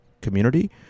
community